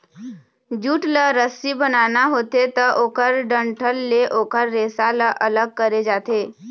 jute ल रस्सी बनाना होथे त ओखर डंठल ले ओखर रेसा ल अलग करे जाथे